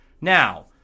Now